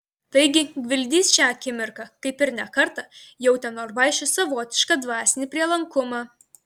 taigi gvildys šią akimirką kaip ir ne kartą jautė norvaišui savotišką dvasinį prielankumą